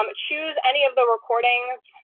um choose any of the recordings,